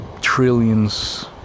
trillions